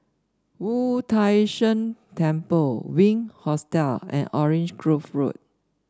Wu Tai Shan Temple Wink Hostel and Orange Grove Road